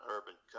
Urban